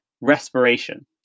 respiration